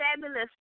fabulous